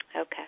Okay